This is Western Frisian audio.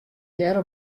hearre